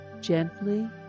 gently